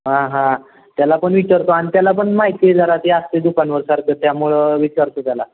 हां हां त्याला पण विचारतो आणि त्याला पण माहिती आहे जरा ते असतं आहे दुकानावर सारखं त्यामुळं विचारतो त्याला